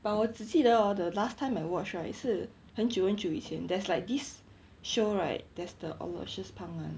but 我只记得 hor the last time I watch right 是很久很久以前 there's like this show right there's the aloysius pang [one]